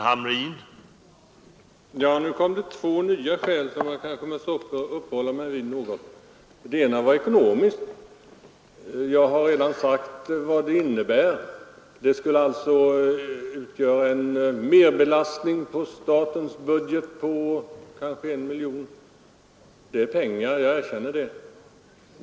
Herr talman! Nu anfördes det nya skäl av herr Brandt, som jag måste uppehålla mig något vid. Ett var ekonomiskt. Jag har redan sagt att förslaget skulle innebära en merbelastning på statens budget med 1 miljon. Det är pengar — jag erkänner det.